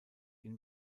ihn